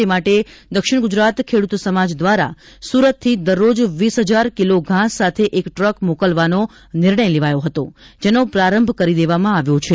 આ પશુઓને ઘાસ મળી રહે તે માટે દક્ષિણ ગુજરાત ખેડૂત સમાજ દ્વારા સુરતથી દરરોજ વીસ હજાર કિલો ઘાસ સાથે એક ટ્રક મોકલવાનો નિર્ણય લેવાયો હતો જેનો પ્રારંભ કરી દેવામાં આવ્યો છે